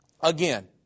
again